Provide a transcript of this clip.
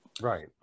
Right